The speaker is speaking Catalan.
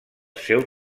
seu